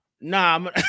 Nah